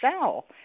sell